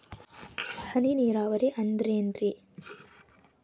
ಹನಿ ನೇರಾವರಿ ಅಂದ್ರೇನ್ರೇ?